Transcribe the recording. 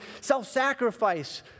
self-sacrifice